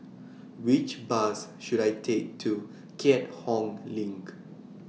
Which Bus should I Take to Keat Hong LINK